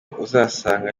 uzasanga